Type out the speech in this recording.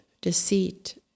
deceit